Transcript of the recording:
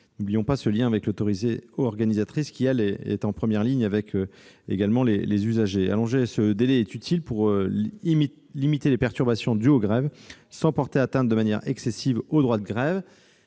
de transport défini par l'autorité organisatrice, qui est en première ligne avec les usagers. Allonger ce délai est utile pour limiter les perturbations dues aux grèves, sans porter atteinte de manière excessive au droit de grève.